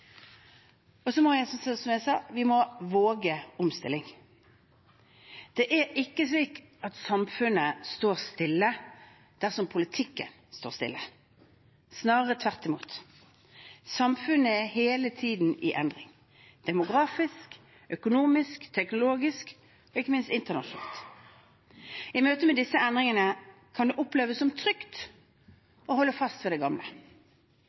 Og vi må, som jeg sa, våge omstilling. Det er ikke slik at samfunnet står stille dersom politikken står stille, snarere tvert imot. Samfunnet er hele tiden i endring demografisk, økonomisk, teknologisk og ikke minst internasjonalt. I møte med disse endringene kan det oppleves som trygt å holde fast ved det gamle,